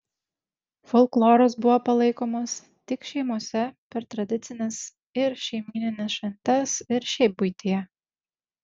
folkloras buvo palaikomas tik šeimose per tradicines ir šeimynines šventes ir šiaip buityje